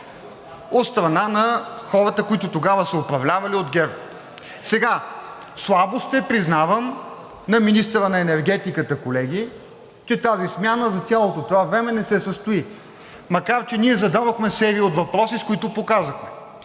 от страна на хората, които тогава са управлявали от ГЕРБ. Слабост е, признавам, на министъра на енергетиката, колеги, че тази смяна за цялото това време не се състоя, макар че ние зададохме серия от въпроси, с които показахме,